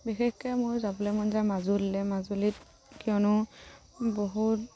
বিশেষকৈ মোৰ যাবলৈ মন যায় মাজুলীলৈ মাজুলীত কিয়নো বহুত